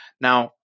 Now